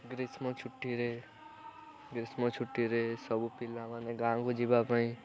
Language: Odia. ଗ୍ରୀଷ୍ମଛୁଟିରେ ଗ୍ରୀଷ୍ମଛୁଟିରେ ସବୁ ପିଲାମାନେ ଗାଁକୁ ଯିବା ପାଇଁ